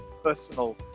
personal